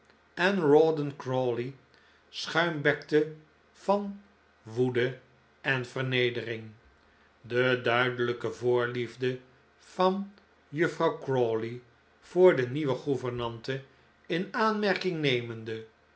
en rawdon crawley schuimbekte van woede en vernedering de duidelijke voorliefde van juffrouw crawley voor de nieuwe gouvernante in aanmerking nemende